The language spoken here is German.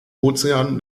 ozean